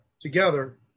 together